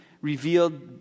revealed